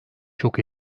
şok